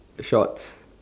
shorts